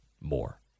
more